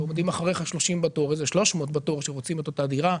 עומדים אחריך 30 בתור או איזה 300 בתור שרוצים את אותה דירה.